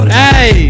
hey